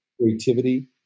creativity